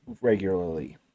regularly